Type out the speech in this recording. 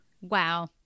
Wow